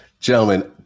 Gentlemen